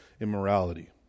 immorality